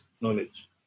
knowledge